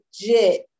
legit